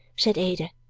said ada.